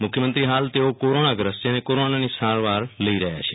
મુખ્યમંત્રી હાલ તેઓ કોરોનાગ્રસ્ત છે અને કોરોનાની સારવાર લઈ રહ્યા છે